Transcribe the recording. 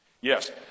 Yes